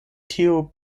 tiu